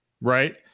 right